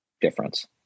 difference